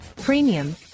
premium